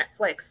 Netflix